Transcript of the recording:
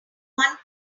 one